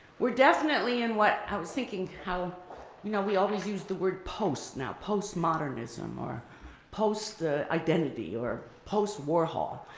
we're definitely in what, i was thinking how you know we always use the word post now, postmodernism or post-identity or post-warhol.